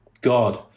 God